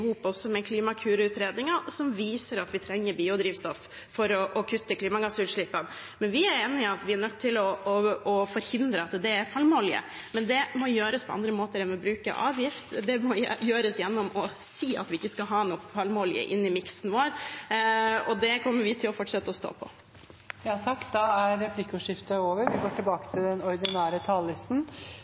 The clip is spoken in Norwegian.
hop med Klimakur-utredningen, som viser at vi trenger biodrivstoff for å kutte klimagassutslippene. Vi er enige i at vi er nødt til å forhindre at det er palmeolje, men det må gjøres på andre måter enn ved å bruke avgift. Det må gjøres gjennom å si at vi ikke skal ha palmeolje inn i miksen vår. Det kommer vi til å fortsette å stå på. Replikkordskiftet er omme. Vi er i en veldig vanskelig tid med en verdensomspennende økonomisk krise på grunn av pandemien. Det merker vi